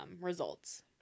results